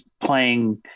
playing